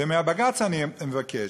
ומבג"ץ אני מבקש,